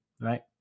Right